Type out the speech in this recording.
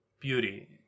beauty